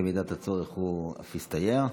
במידת הצורך הוא אף יסתייע.